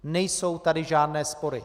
Nejsou tady žádné spory.